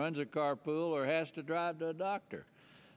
runs or carpool or has to drive dr